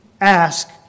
ask